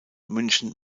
münchen